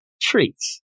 treats